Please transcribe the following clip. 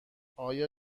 آیا